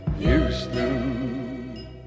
Houston